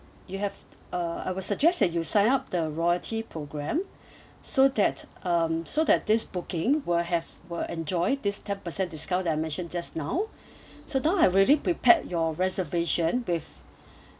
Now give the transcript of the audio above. you have uh I will suggest that you sign up the royalty program so that um so that this booking will have will enjoy this ten percent discount that I mentioned just now so now I've already prepared your reservation with